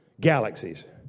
galaxies